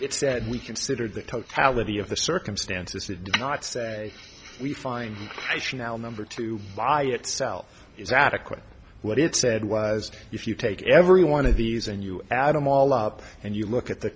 it said we considered the totality of the circumstances did not say we find chanel number two by itself is adequate what it said was if you take every one of these and you add them all up and you look at the